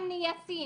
אם יאסין,